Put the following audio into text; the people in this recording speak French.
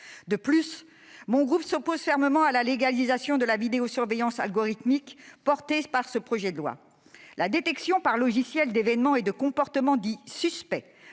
». Mon groupe s'oppose tout aussi fermement à la légalisation de la vidéosurveillance algorithmique portée par ce projet de loi. La détection par logiciel d'événements et de comportements dits « suspects »